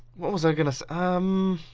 what was i gonna sa umm